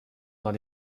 dans